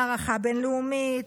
מערכה בין-לאומית,